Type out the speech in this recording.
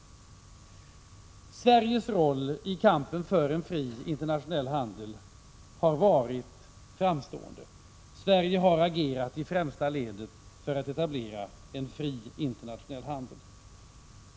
Sveriges roll i kampen för en fri internationell handel har varit framstående. Sverige har agerat i främsta ledet för att etablera en fri internationell handel.